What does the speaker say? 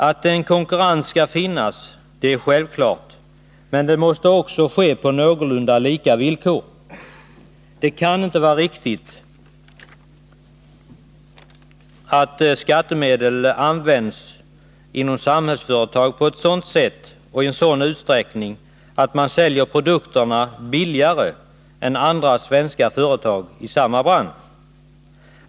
Att konkurrens skall finnas, är självklart, men det måste ske på någorlunda lika villkor. Det kan inte vara riktigt om skattemedel används inom Samhällsföretag på ett sådant sätt och i en sådan utsträckning att man säljer produkterna billigare än andra svenska företag i samma bransch.